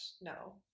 no